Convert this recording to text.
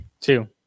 Two